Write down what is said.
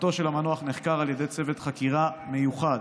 מותו של המנוח נחקר על ידי צוות חקירה מיוחד